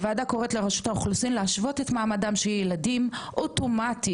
הוועדה קוראת לרשות האוכלוסין להשוות את מעמדם של ילדים אוטומטית,